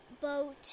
boat